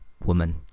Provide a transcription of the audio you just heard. woman